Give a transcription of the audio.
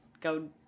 go